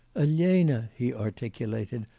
elena! he articulated,